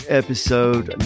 episode